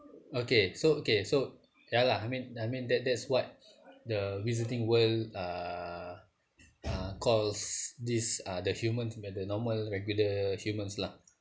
okay so okay so ya lah I mean I mean that that's what the wizarding world uh uh calls this uh the human the normal regular humans lah